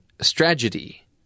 strategy